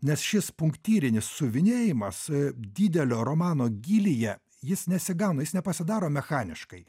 nes šis punktyrinis siuvinėjimas didelio romano gylyje jis nesigauna jis nepasidaro mechaniškai